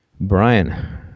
Brian